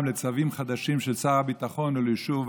לצווים חדשים של שר הביטחון או לאישור ועדה,